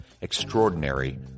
Extraordinary